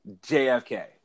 JFK